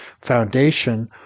foundation